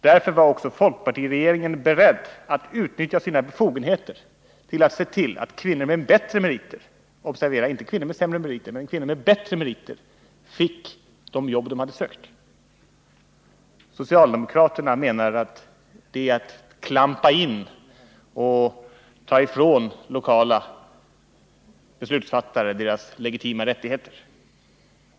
Därför var också folkpartiregeringen beredd att utnyttja sina befogenheter till att se till att kvinnor med bättre meriter — inte Socialdemokraterna menar att detta är att klampa in och ta ifrån lokala beslutsfattare deras legitima rättigheter.